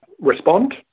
respond